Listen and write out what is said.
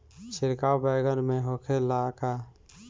छिड़काव बैगन में होखे ला का?